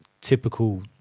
typical